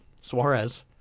Suarez